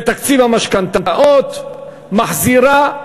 בתקציב המשכנתאות מחזירה,